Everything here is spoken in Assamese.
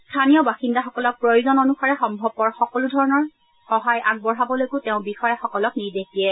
স্থানীয় বাসিন্দাসকলক প্ৰয়োজন অনুসাৰে সম্ভৱপৰ সকলোধৰণৰ সহায় আগবঢ়াবলৈকো তেওঁ বিষয়াসকলক নিৰ্দেশ দিয়ে